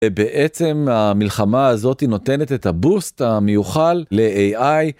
בעצם המלחמה הזאת נותנת את הבוסט המיוחל ל-AI.